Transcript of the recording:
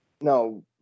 No